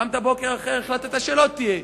קמת בוקר אחר והחלטת שלא תהיה,